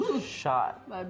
Shot